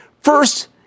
First